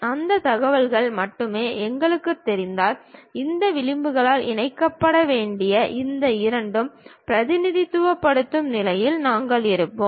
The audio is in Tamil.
அந்தத் தகவல் மட்டுமே எங்களுக்குத் தெரிந்தால் இந்த விளிம்புகளால் இணைக்கப்பட வேண்டிய இந்த இரண்டையும் பிரதிநிதித்துவப்படுத்தும் நிலையில் நாங்கள் இருப்போம்